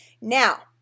Now